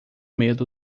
medo